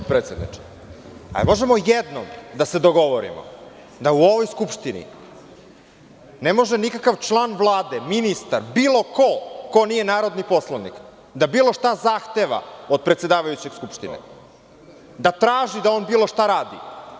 Da li možemo jednom da se dogovorimo da u ovoj Skupštini ne može nikakav član Vlade, ministar, bilo ko ko nije narodni poslanik, da bilo šta zahteva od predsedavajućeg Skupštine, da traži da on bilo šta radi?